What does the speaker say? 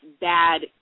bad